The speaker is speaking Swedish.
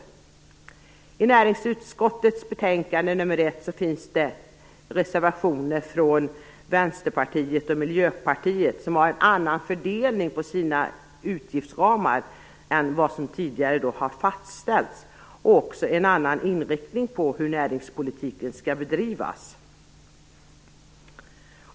Till näringsutskottets betänkande nr 1 finns reservationer från Vänsterpartiet och Miljöpartiet, som har en annan fördelning på de utgiftsramar som tidigare fastställts, och också en annan inriktning på hur näringspolitiken skall bedrivas.